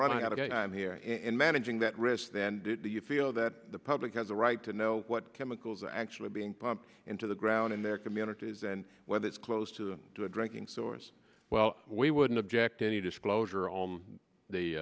running out of time here and managing that risk then you feel that the public has a right to know what chemicals are actually being pumped into the ground in their communities and whether it's close to the drinking source well we wouldn't object any disclosure on the